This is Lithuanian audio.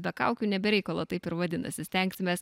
be kaukių ne be reikalo taip ir vadinasi stengsimės